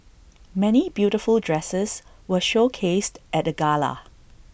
many beautiful dresses were showcased at the gala